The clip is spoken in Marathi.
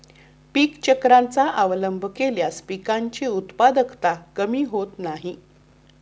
पीक चक्राचा अवलंब केल्यास पिकांची उत्पादकता कमी होत नाही